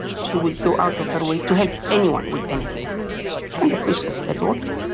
she would go out of her way to help anyone with anything and the patients adored her.